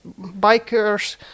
bikers